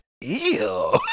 Ew